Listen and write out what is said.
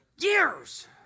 years